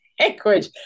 language